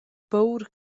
pur